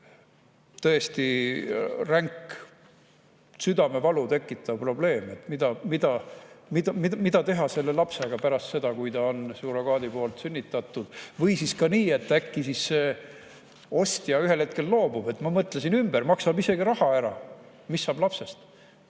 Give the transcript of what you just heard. tõesti ränk, südamevalu tekitav probleem. Mida teha selle lapsega pärast seda, kui ta on surrogaadi poolt sünnitatud? Võib juhtuda ka nii, et see ostja ühel hetkel loobub, mõtleb ümber, maksab isegi raha ära. Mis saab lapsest?